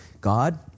God